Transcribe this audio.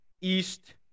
East